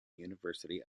university